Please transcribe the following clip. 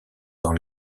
dans